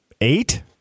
eight